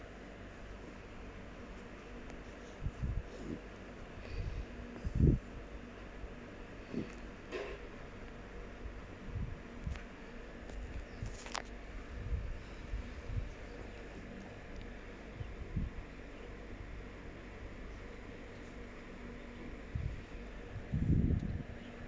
uh ya uh